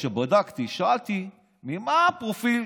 כשבדקתי, שאלתי מה הפרופיל